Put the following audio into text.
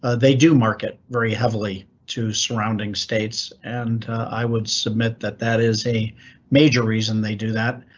ah they do market very heavily to surrounding states. and i would submit that that is a major reason they do that.